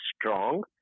strong